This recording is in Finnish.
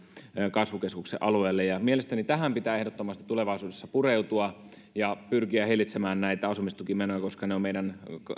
kasvukeskuksien alueilla mielestäni tähän pitää ehdottomasti tulevaisuudessa pureutua ja pyrkiä hillitsemään näitä asumistukimenoja koska ne ovat meidän